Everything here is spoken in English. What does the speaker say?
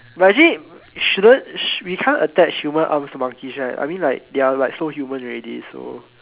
but actually shouldn't we can't attach human arms to monkeys right I mean like they are like so human already so